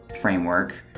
framework